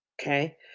Okay